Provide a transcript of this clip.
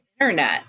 internet